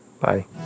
bye